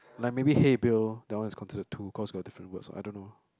like maybe hey Bill that one is consider two cause got different words I don't know